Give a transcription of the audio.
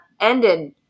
ended